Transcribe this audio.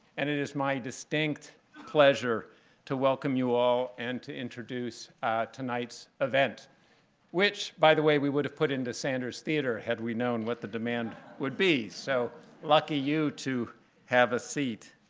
and it is my distinct pleasure to welcome you all and to introduce tonight's event which, the way, we would have put into sanders theatre had we known what the demand would be. so lucky you, to have a seat.